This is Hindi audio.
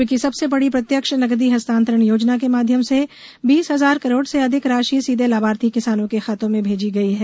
विश्व की सबसे बड़ी प्रत्यक्ष नकदी हस्तांतरण योजना के माध्यम से बीस हजार करोड़ से अधिक राशि सीधे लाभार्थी किसानों के खातों में भेजी गई है